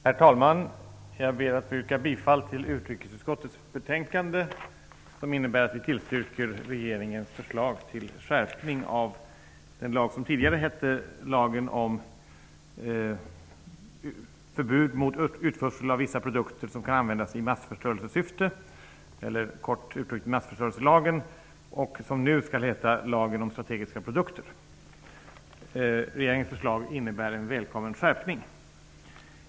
Herr talman! Jag ber att få yrka bifall till hemställan i utrikesutskottets betänkande, vilket innebär att vi tillstyrker regeringens förslag till skärpning av den lag som tidigare hette lagen om förbud mot utförsel av vissa produkter som kan användas i massförstörelsesyfte, kort uttryckt massförstörelselagen, och som nu skall heta lagen om strategiska produkter. Regeringens förslag innebär en välkommen skärpning.